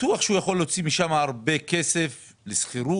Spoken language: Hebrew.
בטוח שהוא יכול להוציא משם הרבה כסף; לשכירות,